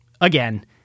again